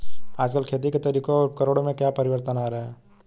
आजकल खेती के तरीकों और उपकरणों में क्या परिवर्तन आ रहें हैं?